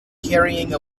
carrying